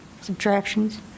Subtractions